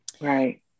right